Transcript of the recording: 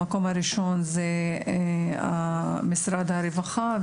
המקום הראשון הוא משרד הרווחה,